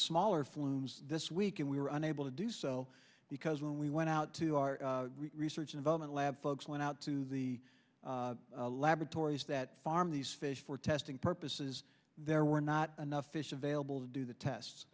smaller flumes this week and we were unable to do so because when we went out to our research involvement lab folks went out to the laboratories that farm these fish for testing purposes there were not enough fish available to do the tests